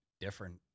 different